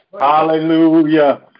Hallelujah